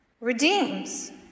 redeems